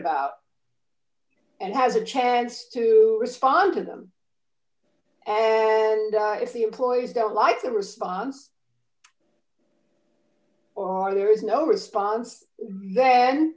about and has a chance to respond to them and if the employees don't like the response or are there is no response